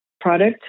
product